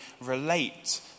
relate